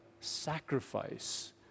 sacrifice